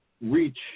reach